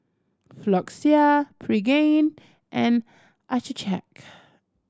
Floxia Pregain and Accucheck